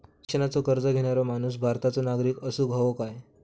शिक्षणाचो कर्ज घेणारो माणूस भारताचो नागरिक असूक हवो काय?